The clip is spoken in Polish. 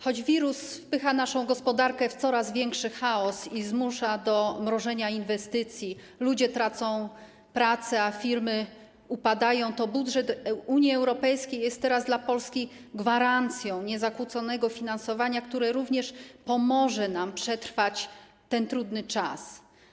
Choć wirus wpycha naszą gospodarkę w coraz większy chaos i zmusza do mrożenia inwestycji, ludzie tracą pracę, a firmy upadają, to budżet Unii Europejskiej jest teraz dla Polski gwarancją niezakłóconego finansowania, które również pomoże nam przetrwać ten trudny czas.